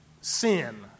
sin